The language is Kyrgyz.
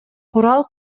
курал